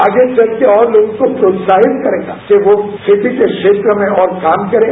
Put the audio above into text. आगे चलकर और लोगों को प्रोत्साहित करेगा कि वो खेती के क्षेत्र में और काम करें